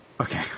Okay